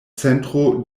centro